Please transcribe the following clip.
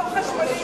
תתנצלי